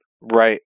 Right